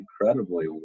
incredibly